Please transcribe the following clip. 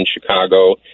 Chicago